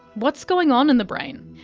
what's going on in the brain?